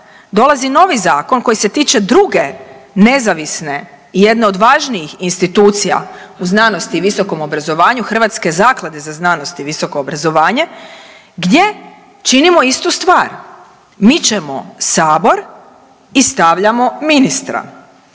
dolazi novi zakon koji se tiče druge nezavisne i jedne od važnijih institucija u znanosti i visokom obrazovanju Hrvatske zaklade za znanost i visoko obrazovanje gdje činimo istu stvar. Mičemo sabor i stavljamo ministra.